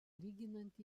lyginant